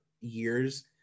years